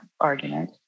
argument